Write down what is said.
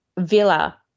villa